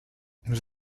nous